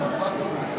הצבעתי.